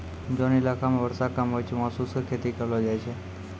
जोन इलाका मॅ वर्षा कम होय छै वहाँ शुष्क खेती करलो जाय छै